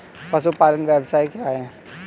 पशुपालन व्यवसाय क्या है?